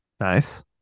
Nice